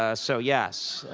ah so, yes,